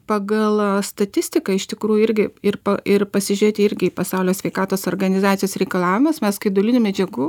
pagal statistiką iš tikrųjų irgi ir ir pasižiūrėti irgi į pasaulio sveikatos organizacijos reikalavimus mes skaidulinių medžiagų